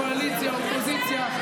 קואליציה-אופוזיציה,